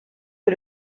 que